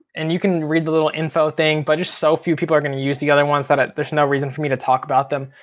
and you can read the little info thing. but just so few people are gonna use the other ones ah there's no reason for me to talk about them.